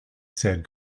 said